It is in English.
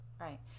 Right